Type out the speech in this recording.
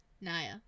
naya